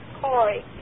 Corey